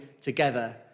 together